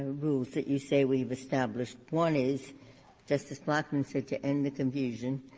rules that you say we've established. one is justice blackman said, to end the confusion,